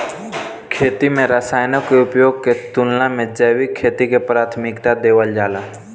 खेती में रसायनों के उपयोग के तुलना में जैविक खेती के प्राथमिकता देवल जाला